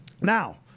Now